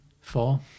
Four